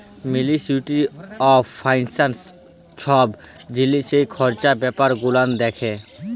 ministry of ফাইলালস ছব জিলিসের খরচ ব্যাপার গুলান দ্যাখে